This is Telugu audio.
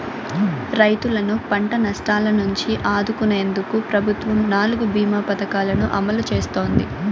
రైతులను పంట నష్టాల నుంచి ఆదుకునేందుకు ప్రభుత్వం నాలుగు భీమ పథకాలను అమలు చేస్తోంది